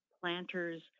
planters